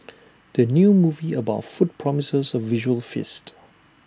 the new movie about food promises A visual feast